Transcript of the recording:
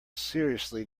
seriously